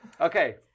Okay